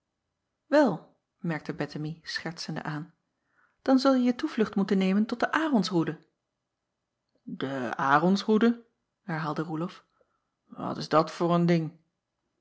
el merkte ettemie schertsende aan dan zulje je toevlucht moeten nemen tot de ronsroede e ronsroede herhaalde oelof wat is dat voor een ding